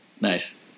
nice